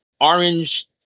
orange